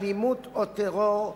אלימות או טרור,